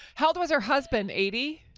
how old was her husband, eighty?